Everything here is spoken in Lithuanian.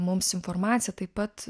mums informaciją taip pat